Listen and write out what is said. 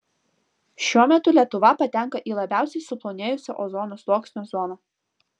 šiuo metu lietuva patenka į labiausiai suplonėjusio ozono sluoksnio zoną